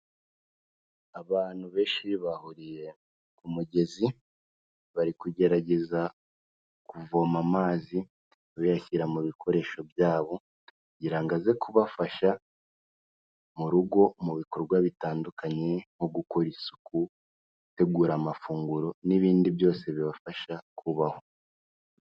Abantu benshi bahuriye ku mugezi, bari kugerageza kuvoma amazi bayashyira mu bikoresho byabo kugira ngo aze kubafasha mu rugo mu bikorwa bitandukanye nko gukora isuku, gutegura amafunguro n'ibindi byose bibafasha kubaho.